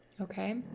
Okay